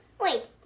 Wait